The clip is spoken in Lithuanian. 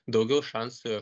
daugiau šansų